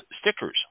stickers